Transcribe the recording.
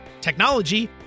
technology